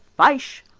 fyshe,